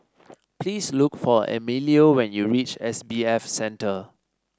please look for Emilio when you reach S B F Center